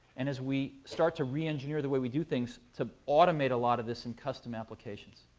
and as we start to re-engineer the way we do things, to automate a lot of this in custom applications.